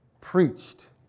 preached